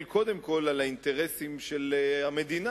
קודם כול על האינטרסים של המדינה,